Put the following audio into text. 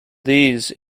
these